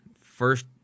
First